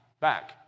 back